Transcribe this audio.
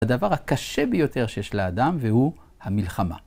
הדבר הקשה ביותר שיש לאדם, והוא, המלחמה.